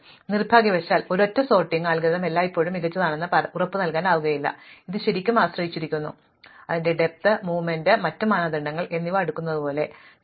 അതിനാൽ നിർഭാഗ്യവശാൽ ഒരൊറ്റ സോർട്ടിംഗ് അൽഗോരിതം എല്ലായ്പ്പോഴും മികച്ചതാണെന്ന് ഉറപ്പുനൽകുന്നില്ല ഇത് ശരിക്കും ആശ്രയിച്ചിരിക്കുന്നു ആഴം ചലനം മറ്റ് മാനദണ്ഡങ്ങൾ എന്നിവ അടുക്കുന്നതുപോലെ ഞങ്ങൾ പറഞ്ഞു